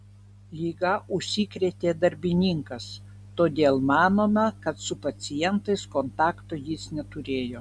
liga užsikrėtė darbininkas todėl manoma kad su pacientais kontakto jis neturėjo